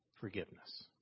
forgiveness